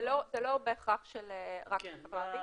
זה לא בהכרח רק של החברה הערבית.